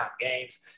games